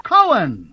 Cohen